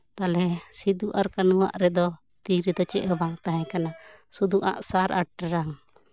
ᱛᱟᱦᱚᱞᱮ ᱥᱤᱫᱩ ᱟᱨ ᱠᱟᱹᱱᱦᱩ ᱟᱜ ᱨᱮᱫᱚ ᱛᱤ ᱨᱮᱫᱚ ᱪᱮᱫ ᱦᱚᱸᱵᱟᱝ ᱛᱟᱦᱮᱸ ᱠᱟᱱᱟ ᱥᱩᱫᱩ ᱟᱜ ᱥᱟᱨ ᱟᱨ ᱴᱨᱟᱝ